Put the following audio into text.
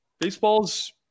baseball's